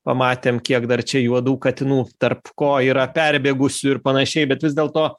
pamatėm kiek dar čia juodų katinų tarp ko yra perbėgusių ir panašiai bet vis dėlto